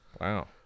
Wow